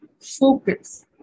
focus